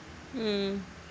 mm